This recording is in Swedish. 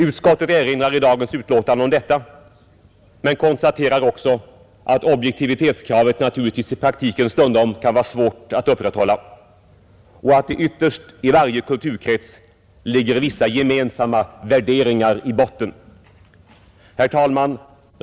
Utskottet erinrar i dagens utlåtande om detta men konstaterar också att objektivitetskravet naturligtvis i praktiken stundom kan vara svårt att upprätthålla och att det ytterst i varje kulturkrets ligger vissa gemensamma värderingar i botten. Herr talman!